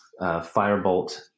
firebolt